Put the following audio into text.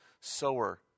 sower